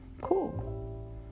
cool